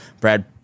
Brad